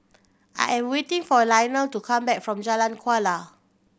I am waiting for Lionel to come back from Jalan Kuala